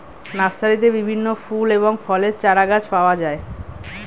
নার্সারিতে বিভিন্ন ফুল এবং ফলের চারাগাছ পাওয়া যায়